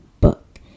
book